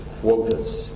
quotas